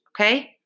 okay